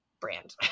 brand